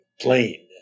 plane